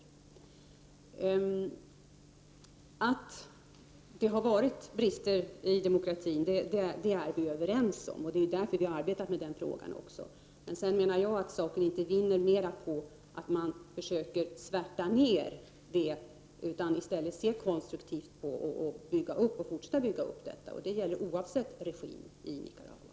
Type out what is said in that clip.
Vi är överens om att det har funnits brister i demokratin — det är därför vi har arbetat med den frågan. Men jag menar att saken inte vinner på att man försöker svärta ner vad som har hänt. Man bör i stället se konstruktivt på situationen och fortsätta uppbyggnadsarbetet. Det gäller oavsett vilken regimen är i Nicaragua.